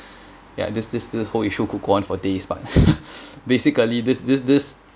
ya this this this whole issue could go on for days but basically this this this